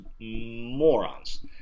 morons